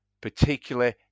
particularly